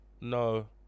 No